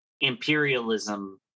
imperialism